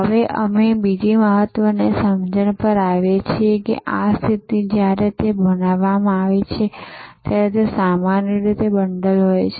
હવે અમે બીજી મહત્વની સમજણ પર આવીએ છીએ કે આ સ્થિતિ જ્યારે તે બનાવવામાં આવે છે ત્યારે તે સામાન્ય રીતે બંડલ હોય છે